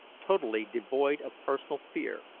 totally devoid of personal fear,